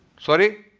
sorry?